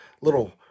little